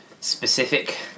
specific